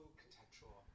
contextual